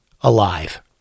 alive